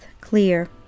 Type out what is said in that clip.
clear